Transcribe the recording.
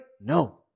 No